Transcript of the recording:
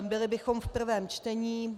Byli bychom v prvém čtení.